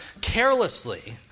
carelessly